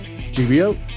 GBO